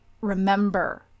remember